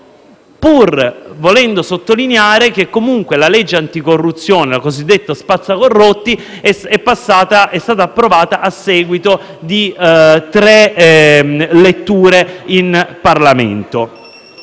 pur volendo sottolineare che, comunque, la legge anticorruzione (la cosiddetta spazzacorrotti) è stata approvata a seguito di tre letture in Parlamento.